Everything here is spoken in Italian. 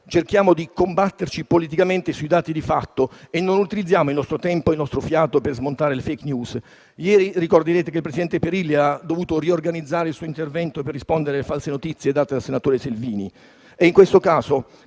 cerchiamo di combatterci politicamente sui dati di fatto e non utilizziamo il nostro tempo e il nostro fiato per smontare le *fake news*. Ricorderete che ieri il presidente Perilli ha dovuto riorganizzare il suo intervento per rispondere alle false notizie date dal senatore Salvini. È stato